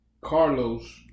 Carlos